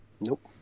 Nope